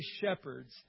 shepherds